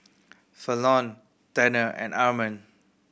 Falon Tanner and Armond